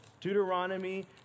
Deuteronomy